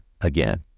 again